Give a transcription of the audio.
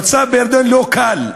המצב בירדן לא קל.